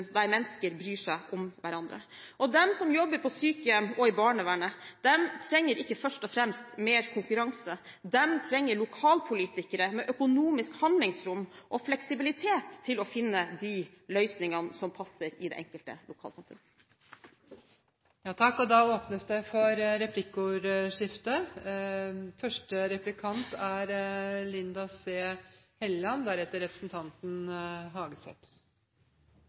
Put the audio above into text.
mennesker bryr seg om hverandre. De som jobber på sykehjem og i barnevernet, trenger ikke først og fremst mer konkurranse. De trenger lokalpolitikere med økonomisk handlingsrom og fleksibilitet til å finne de løsningene som passer i det enkelte